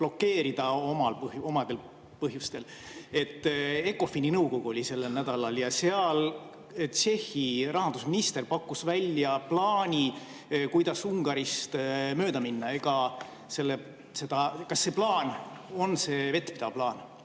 blokeerida omadel põhjustel. ECOFIN‑i nõukogu oli sellel nädalal ja seal Tšehhi rahandusminister pakkus välja plaani, kuidas Ungarist mööda minna. Kas see plaan on vettpidav?